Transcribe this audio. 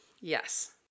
Yes